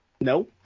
no